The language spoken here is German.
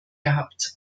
gehabt